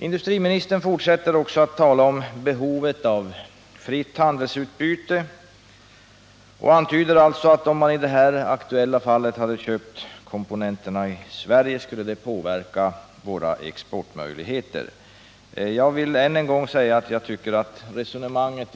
Industriministern fortsätter också att tala om behovet av fritt handelsutbyte och antyder därmed att om man i det aktuella fallet hade köpt komponenterna i Sverige, skulle det påverka våra exportmöjligheter. Jag vill änen gång säga att resonemanget